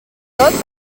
tot